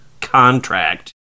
contract